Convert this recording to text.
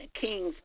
kings